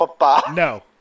No